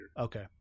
Okay